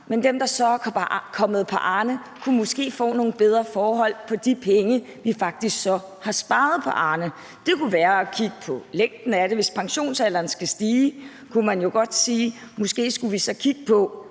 kan dem, der så er kommet på Arnepension, måske få nogle bedre forhold for de penge, som vi faktisk har sparet på det. Det kunne være, at man kunne kigge på længden af det. Hvis pensionsalderen skal stige, kunne man jo godt sige, at man måske skulle kigge på,